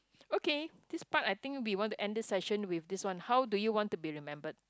okay this part I think we want to end this session with this one how do you want to be remembered